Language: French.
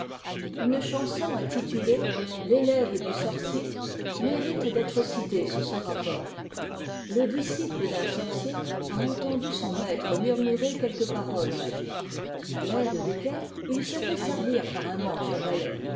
une chanson intitulée f ée e du orete mérite d'être citée sous ce rapport le disciple d'un sorcier a entendu son maître murmurer quelques paroles magiques à l'aide desquelles il se fait servir par un manche à balai